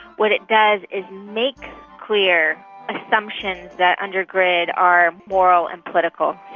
what it does, is make clear assumptions that undergird our moral and political